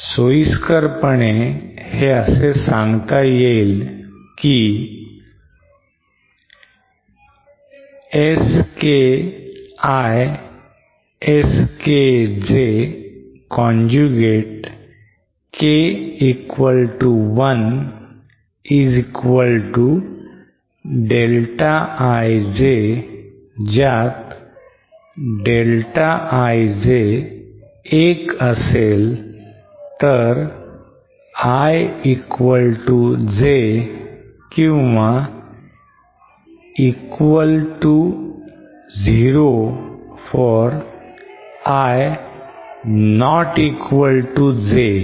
सोयीस्करपणे हे असे सांगता येईल की S K I S K J conjugate K equal to 1 is equal to delta ij ज्यात delta ij 1 असेल जर i equal to j किंवा equal to 0 for i not equal to j